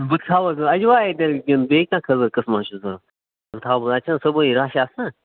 وۅنۍ تھاو حظ اجوا ہے تیٚلہِ کِنہٕ بیٚیہِ کانٛہہ کھٕزر قسما چھِ بہٕ تھاو اَتہِ چھُ نا صُبحٲے رش آسان